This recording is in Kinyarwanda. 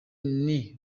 niwe